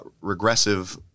regressive